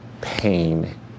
pain